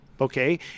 okay